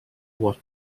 was